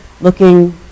looking